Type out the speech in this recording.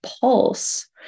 pulse